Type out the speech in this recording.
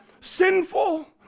sinful